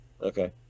Okay